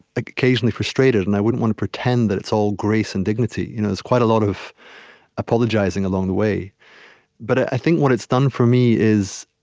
occasionally frustrated, and i wouldn't want to pretend that it's all grace and dignity. you know there's quite a lot of apologizing along the way but i think what it's done for me is,